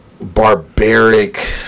barbaric